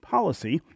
Policy